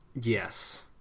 Yes